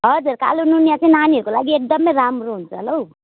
हजुर कालो नुनिया चाहिँ नानीहरूको लागि एकदमै राम्रो हुन्छ होला हौ